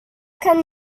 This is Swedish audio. kan